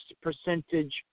percentage